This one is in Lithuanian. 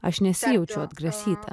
aš nesijaučiau atgrasyta